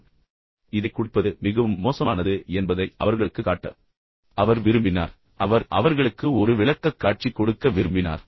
எனவே இதைக் குடிப்பது மிகவும் மோசமானது என்பதை அவர்களுக்குக் காட்ட அவர் விரும்பினார் ஆனால் அவர் அவர்களுக்கு ஒரு விளக்கக்காட்சி கொடுக்க விரும்பினார்